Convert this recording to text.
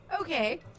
Okay